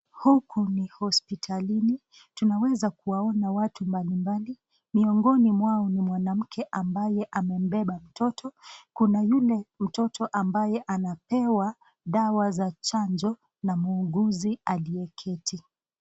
Huku ni hospitalini ,tunaweza kuwaona watu mbali mbali ,miongoni mwao ni mwanamke ambaye amembeba mtoto, kuna yule mtoto ambaye anapewa dawa za chanjo na muuguzi aliye keti.